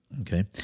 Okay